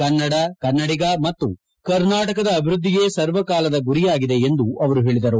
ಕನ್ನಡ ಕನ್ನಡಿಗ ಮತ್ತು ಕರ್ನಾಟಕದ ಅಭಿವೃದ್ದಿಯೇ ಸರ್ವ ಕಾಲದ ಗುರಿಯಾಗಿದೆ ಎಂದು ಅವರು ಹೇಳಿದರು